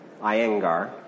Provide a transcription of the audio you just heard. Iyengar